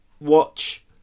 watch